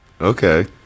Okay